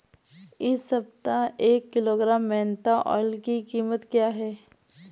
इस सप्ताह एक किलोग्राम मेन्था ऑइल की कीमत क्या है?